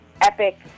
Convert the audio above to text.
epic